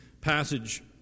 passage